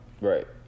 Right